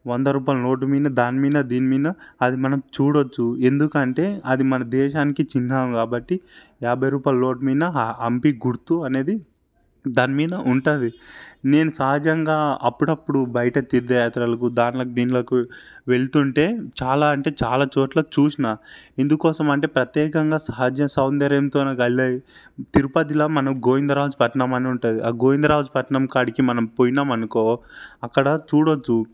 వంద రూపాయల నోటు మీద దాని మీద దీని మీద అది మనం చూడవచ్చు ఎందుకంటే అది మన దేశానికి చిహ్నం కాబట్టి యాభై రూపాయల నోటు మీద ఆ హంపి గుర్తు అనేది దాని మీద ఉంటుంది నేను సహజంగా అప్పుడప్పుడు బయట తీర్థయాత్రలకు దాంట్లోకి దీంట్లోకి వెళుతుంటే చాలా అంటే చాలా చోట్ల చూసాను ఎందుకోసం అంటే ప్రత్యేకంగా సహజ సౌందర్యంతో కలది తిరుపతిలో మనం గోవిందరాజు పట్నం అని ఉంటుంది ఆ గోవిందరాజు పట్నం కాడికి మనం పోయామనుకో అక్కడ చూడవచ్చు